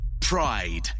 pride